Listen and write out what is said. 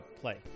play